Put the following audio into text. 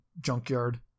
junkyard